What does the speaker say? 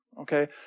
okay